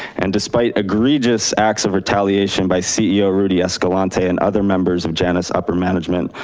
and despite egregious acts of retaliation by ceo rudy escalante and other members of janus upper management,